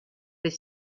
est